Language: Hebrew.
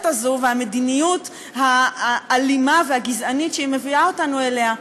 הזו והמדיניות האלימה והגזענית שהיא מביאה אותנו אליה.